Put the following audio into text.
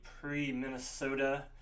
pre-Minnesota